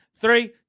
Three